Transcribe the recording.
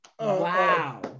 Wow